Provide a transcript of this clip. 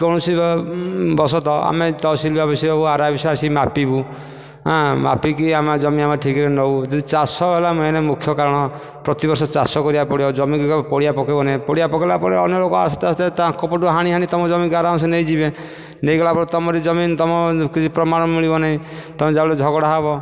କୌଣସି ବଶତଃ ଆମେ ତହସିଲ ଅଫିସ ହେଉ ଆର ଆଇ ଅଫିସ ଆସି ମାପିବୁ ହାଁ ମାପିକି ଆମ ଜମି ଆମେ ଠିକରେ ନେଉ ଯଦି ଚାଷ ହେଲା ମେନ ମୁଖ୍ଯ କାରଣ ପ୍ରତି ବର୍ଷ ଚାଷ କରିବାକୁ ପଡ଼ିବ ଜମିକୁ ପଡ଼ିଆ ପକେଇବ ନାହିଁ ପଡ଼ିଆ ପକେଇଲା ପରେ ଅନ୍ୟ ଲୋକ ଆସ୍ତେ ଆସ୍ତେ ତାଙ୍କ ପଟୁ ହାଣି ହାଣି ତମ ଜମିକୁ ଆରାମସେ ନେଇଯିବେ ନେଇଗଲା ପରେ ତମର ଜମି ତମ ପ୍ରମାଣ ମିଳିବ ନାହିଁ ତମେ ସେଠୁ ଝଗଡ଼ା ହବ